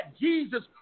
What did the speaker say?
Jesus